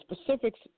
specifics